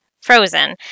Frozen